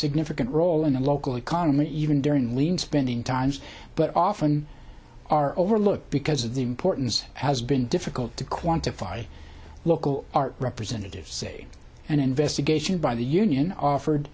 significant role in the local economy even during lean spending times but often are overlooked because of the importance has been difficult to quantify local art representatives say an investigation by the union offered